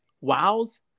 wows